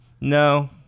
No